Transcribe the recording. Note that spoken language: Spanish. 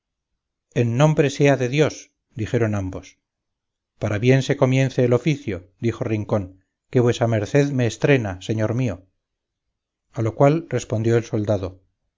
en nombre sea de dios dijeron ambos para bien se comience el oficio dijo rincón que vuesa merced me estrena señor mío a lo cual respondió el soldado